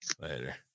Later